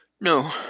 No